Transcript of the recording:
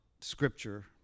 Scripture